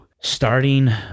starting